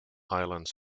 islands